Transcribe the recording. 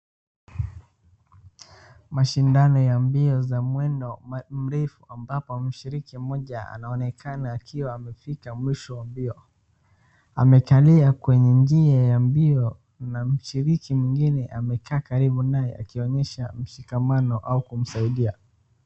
Mashindano ya mbio za mwendo mrefu ambapo mshiriki mmoja anaonekana akiwa amefika mwisho wa mbio. Amekalia kwenye njia ya mbio na mshiriki mwingine amekaa karibu naye akionyesha mshikamano au kumsidia.